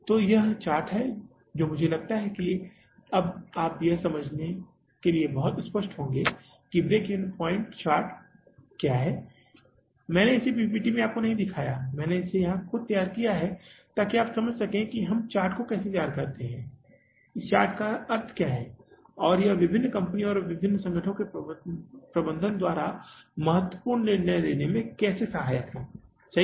तो यह वह चार्ट है जो मुझे लगता है कि अब आप यह समझने के लिए बहुत स्पष्ट होंगे कि ब्रेक इवन पॉइंट चार्ट का यह चार्ट क्या है मैंने इसे पीपीटी पर आपको नहीं दिखाया मैंने इसे खुद यहाँ तैयार किया ताकि आप समझ सकें कि हम इस चार्ट को कैसे तैयार करते हैं इस चार्ट का अर्थ क्या है और यह विभिन्न कंपनियों विभिन्न संगठनों के प्रबंधन द्वारा महत्वपूर्ण निर्णय लेने में कैसे सहायक है सही है